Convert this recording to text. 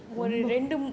ரொம்ப:romba